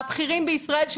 מהבכירים בישראל,